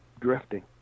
drifting